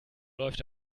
läuft